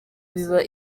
biba